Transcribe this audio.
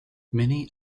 many